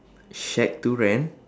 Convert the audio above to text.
shack to rent